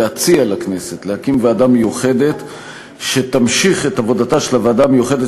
להציע לכנסת להקים ועדה מיוחדת שתמשיך את עבודתה של הוועדה המיוחדת